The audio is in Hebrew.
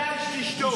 תעיר לשקרן.